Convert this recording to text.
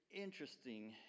interesting